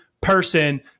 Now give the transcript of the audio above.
person